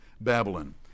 Babylon